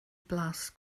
blas